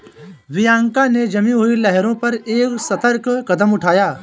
Bianca ने जमी हुई लहरों पर एक सतर्क कदम उठाया